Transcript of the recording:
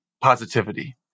positivity